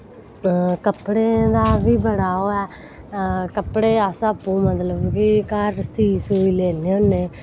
कपड़े दे बी बड़ा ओह् ऐ कपड़े अस आपूं मतलव कि घर सीऽ सूई लैन्ने होन्ने